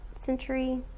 century